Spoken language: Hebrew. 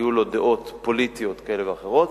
יהיו לו דעות פוליטיות כאלה ואחרות.